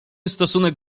stosunek